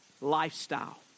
lifestyle